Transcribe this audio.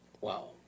Wow